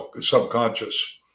subconscious